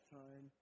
time